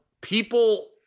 people